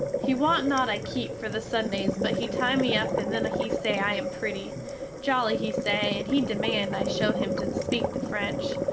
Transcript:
he want not i keep for the sundays but he tie me up and then he say i am pretty jolly he say, and he demand i show him to speak the french.